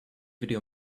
video